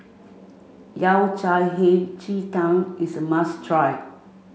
Yao Cai Hei Ji Tang is a must try